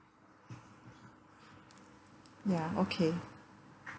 ya okay